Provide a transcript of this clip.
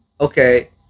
okay